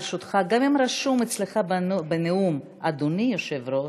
ברשותך: גם אם רשום אצלך בנאום "אדוני היושב-ראש",